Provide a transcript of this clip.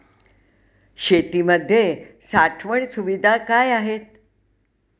शेतीमध्ये साठवण सुविधा काय आहेत?